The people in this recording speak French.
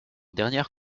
dernière